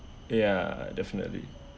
ya definitely